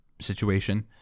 situation